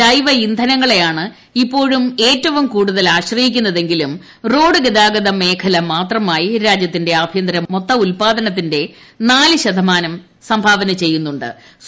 ജൈവ ഇന്ധനങ്ങളെയാണ് ഇപ്പോഴും ഏറ്റവും കൂടുതൽ ആശ്രയിക്കുന്നതെങ്കിലും റോഡ് ഗതാഗതം മേഖല മാത്രമായി രാജ്യത്തിന്റെ ആഭ്യന്തരമൊത്ത ഉല്പാദനത്തിന്റെ നാല് ശതമാനം സംഭാവന ചെയ്യുന്നു ്